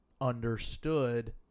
understood